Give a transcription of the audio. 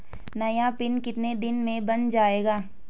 नया पिन कितने दिन में बन जायेगा?